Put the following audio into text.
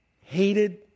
Hated